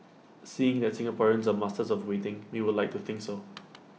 seeing that Singaporeans are masters of waiting we would like to think so